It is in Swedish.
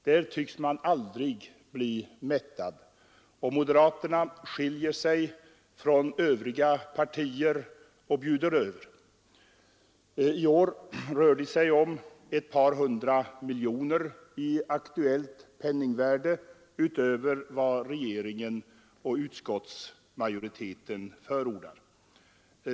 Där tycks man aldrig bli mättad, och moderaterna skiljer sig från övriga partier och bjuder över. I år rör det sig om ett par hundra miljoner i aktuellt penningvärde utöver vad regeringen och utskottsmajoriteten förordar.